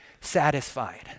satisfied